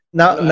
now